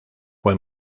fue